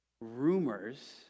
rumors